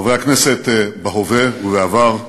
חברי הכנסת בהווה ובעבר,